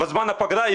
בזמן הפגרה,